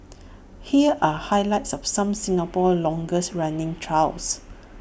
here are highlights of some Singapore's longest running trials